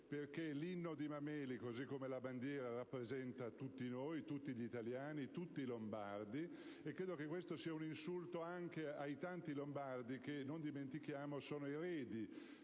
perché l'inno di Mameli, così come la bandiera, rappresenta tutti noi, tutti gli italiani, tutti i lombardi. Credo che questo sia un insulto anche ai tanti lombardi che - non dimentichiamolo - sono eredi